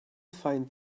find